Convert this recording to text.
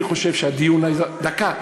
אני חושב שהדיון הזה ------ הייתי כאן.